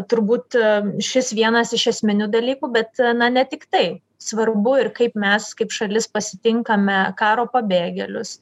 turbūt šis vienas iš esminių dalykų bet na ne tik tai svarbu ir kaip mes kaip šalis pasitinkame karo pabėgėlius